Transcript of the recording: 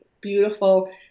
beautiful